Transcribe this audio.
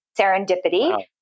serendipity